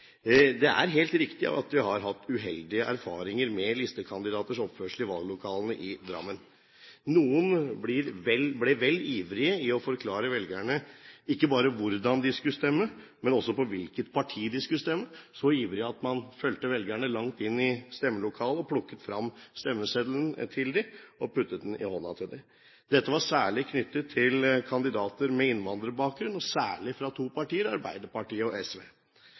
Det er helt riktig at vi har hatt uheldige erfaringer med listekandidaters oppførsel i valglokalene i Drammen. Noen ble vel ivrige i å forklare velgerne ikke bare hvordan de skulle stemme, men også på hvilket parti de skulle stemme – så ivrige at man fulgte velgerne langt inn i stemmelokalet, plukket frem stemmeseddelen til dem, og puttet den i hånden på dem. Dette var særlig knyttet til kandidater med innvandrerbakgrunn, og særlig fra to partier: Arbeiderpartiet og SV.